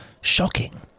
shocking